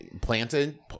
planted